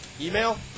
Email